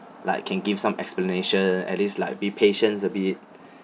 like can give some explanation at least like be patience a bit